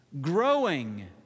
growing